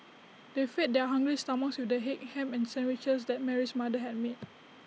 they fed their hungry stomachs with the egg and Ham Sandwiches that Mary's mother had made